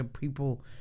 people